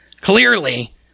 Clearly